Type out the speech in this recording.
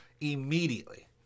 immediately